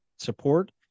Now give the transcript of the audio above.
support